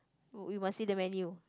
oh we must see the menu